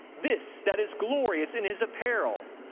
this that is glorious in his apparel,